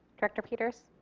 director peters.